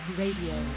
radio